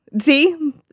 See